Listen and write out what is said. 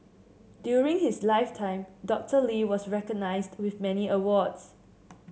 during his lifetime Doctor Lee was recognised with many awards